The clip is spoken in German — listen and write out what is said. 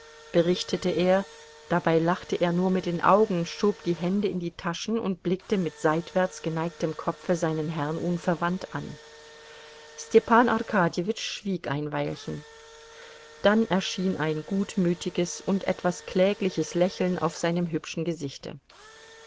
berichtete er dabei lachte er nur mit den augen schob die hände in die taschen und blickte mit seitwärts geneigtem kopfe seinen herrn unverwandt an stepan arkadjewitsch schwieg ein weilchen dann erschien ein gutmütiges und etwas klägliches lächeln auf seinem hübschen gesichte